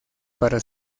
para